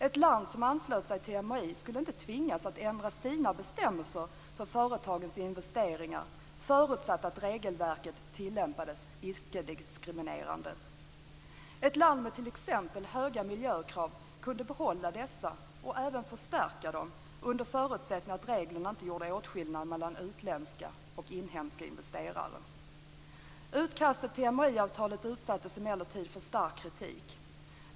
Ett land som anslöt sig till MAI skulle inte tvingas ändra sina bestämmelser för företagens investeringar, förutsatt att regelverket tillämpades icke-diskriminerande. Ett land med t.ex. höga miljökrav kunde behålla dessa, och även förstärka dem, under förutsättning att reglerna inte gjorde åtskillnad mellan utländska och inhemska investerare. Utkastet till MAI-avtalet utsattes emellertid för stark kritik.